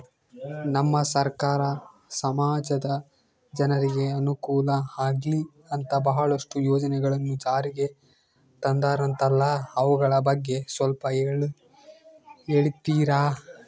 ನಮ್ಮ ಸರ್ಕಾರ ಸಮಾಜದ ಜನರಿಗೆ ಅನುಕೂಲ ಆಗ್ಲಿ ಅಂತ ಬಹಳಷ್ಟು ಯೋಜನೆಗಳನ್ನು ಜಾರಿಗೆ ತಂದರಂತಲ್ಲ ಅವುಗಳ ಬಗ್ಗೆ ಸ್ವಲ್ಪ ಹೇಳಿತೀರಾ?